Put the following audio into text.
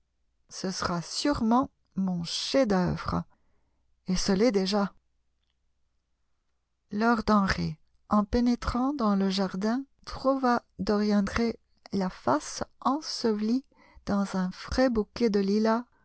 ce sera sûrement mon chef-d'œuvre et ce l'est déjà lord henry en pénétrant dans le jardin trouva dorian gray la face ensevelie dans un frais bouquet de lilas